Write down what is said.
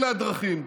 אלה הדרכים.